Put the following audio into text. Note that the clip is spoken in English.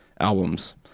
albums